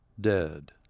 dead